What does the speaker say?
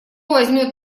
возьмет